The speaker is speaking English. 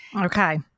okay